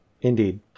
indeed